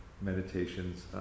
meditations